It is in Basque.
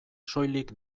soilik